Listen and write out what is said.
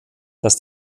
dass